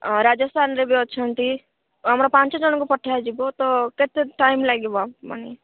ରାଜସ୍ଥାନରେ ବି ଅଛନ୍ତି ଆମର ପାଞ୍ଚ ଜଣଙ୍କୁ ପଠା ଯିବ ତ କେତେ ଟାଇମ୍ ଲାଗିବ ମାନେ